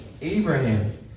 Abraham